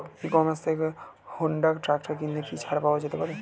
ই commerce থেকে Honda tractor কিনলে কি ছাড় পাওয়া যেতে পারে?